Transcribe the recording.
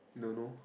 don't know